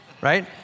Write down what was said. right